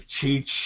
teach